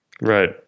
Right